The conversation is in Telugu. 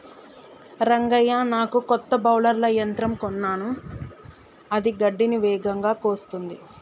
రంగయ్య నాకు కొత్త బౌలర్ల యంత్రం కొన్నాను అది గడ్డిని వేగంగా కోస్తుంది